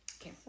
Okay